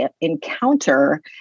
encounter